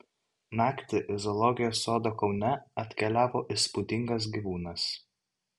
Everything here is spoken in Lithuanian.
naktį į zoologijos sodą kaune atkeliavo įspūdingas gyvūnas